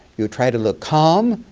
you try to look calm